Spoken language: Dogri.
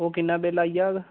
ओह् किन्ना बिल आई जाह्ग